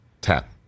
tap